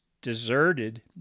deserted